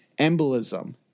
embolism